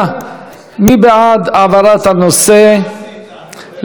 מי בעד העברת הנושא לוועדת החוקה?